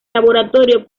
laboratorio